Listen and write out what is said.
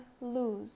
lose